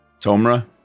Tomra